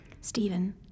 Stephen